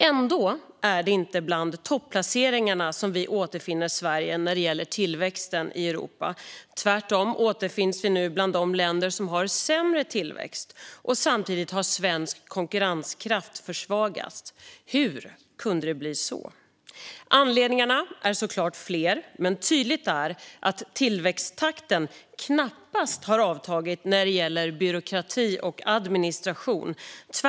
Ändå är det inte bland topplaceringarna vi återfinner Sverige när det gäller tillväxten i Europa - tvärtom återfinns vi nu bland de länder som har sämre tillväxt, och samtidigt har svensk konkurrenskraft försvagats. Hur kunde det bli så? Anledningarna är såklart flera, men tydligt är att tillväxttakten knappast avtagit när det gäller byråkrati och administration.